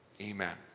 Amen